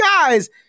guys